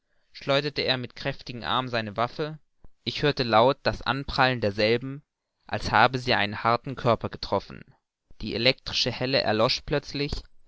schleuderte er mit kräftigem arm seine waffe ich hörte laut das anprallen derselben als habe sie einen harten körper getroffen die elektrische helle erlosch plötzlich